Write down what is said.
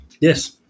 Yes